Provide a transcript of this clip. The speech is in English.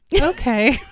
Okay